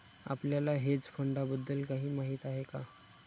आपल्याला हेज फंडांबद्दल काही माहित आहे का?